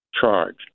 charge